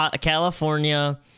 California